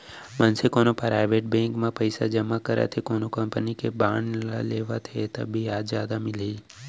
मनसे कोनो private bank म पइसा जमा करत हे कोनो कंपनी के बांड ल लेवत हे ता बियाज जादा मिलही